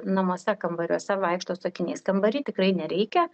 namuose kambariuose vaikšto su akiniais kambary tikrai nereikia